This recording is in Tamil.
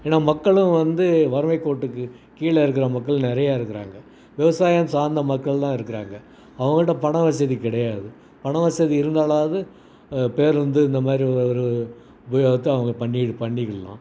ஏன்னா மக்களும் வந்து வறுமைக்கோட்டுக்கு கீழ இருக்கிற மக்கள் நிறையா இருக்கிறாங்க விவசாயம் சார்ந்த மக்கள் தான் இருக்கிறாங்க அவங்கள்ட்ட பண வசதி கிடையாது பண வசதி இருந்தாலாவது பேருந்து இந்தமாதிரி ஒரு அவங்க பண்ணி பண்ணிக்கர்லாம்